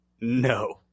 no